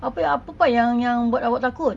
apa part yang yang buat awak takut